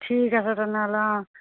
ঠিক আছে তেনেহ'লে অঁ